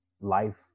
life